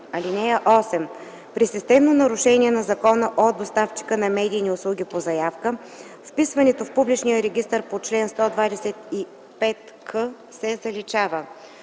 (8) При системно нарушение на закона от доставчика на медийни услуги по заявка вписването в публичния регистър по чл. 125к се заличава.”